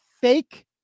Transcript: fake